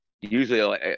usually